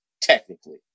technically